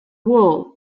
wool